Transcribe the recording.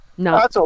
No